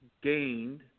gained